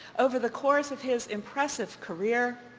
over the course of his impressive career,